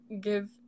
give